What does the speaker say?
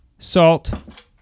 Salt